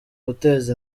guteza